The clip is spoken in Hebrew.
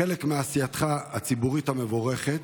חלק מעשייתך הציבורית המבורכת